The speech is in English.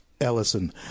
Ellison